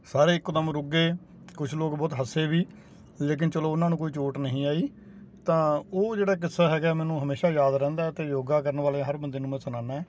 ਸਾਰੇ ਇੱਕਦਮ ਰੁਕ ਗਏ ਕੁਛ ਲੋਕ ਬਹੁਤ ਹੱਸੇ ਵੀ ਲੇਕਿਨ ਚਲੋ ਉਹਨਾਂ ਨੂੰ ਕੋਈ ਚੋਟ ਨਹੀਂ ਆਈ ਤਾਂ ਉਹ ਜਿਹੜਾ ਕਿੱਸਾ ਹੈਗਾ ਮੈਨੂੰ ਹਮੇਸ਼ਾ ਯਾਦ ਰਹਿੰਦਾ ਤੇ ਯੋਗਾ ਕਰਨ ਵਾਲੇ ਹਰ ਬੰਦੇ ਨੂੰ ਮੈਂ ਸੁਣਾਉਨਾ